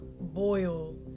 boil